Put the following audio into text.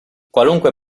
qualunque